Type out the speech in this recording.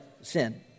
sin